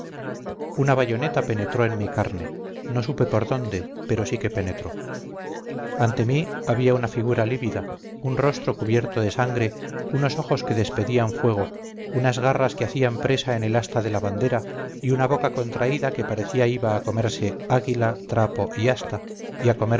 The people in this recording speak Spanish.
una bayoneta penetró en mi carne no supe por dónde pero sí que penetró ante mí había una figura lívida un rostro cubierto de sangre unos ojos que despedían fuego unas garras que hacían presa en el asta de la bandera y una boca contraída que parecía iba a comerse águila trapo y asta y